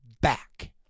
back